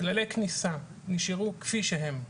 כללי הכניסה נשארו כפי שהם.